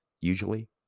usually